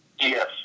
Yes